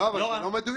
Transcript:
לא, אבל זה לא מדויק.